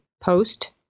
post